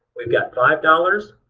we've got five dollars.